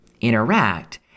interact